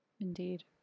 Indeed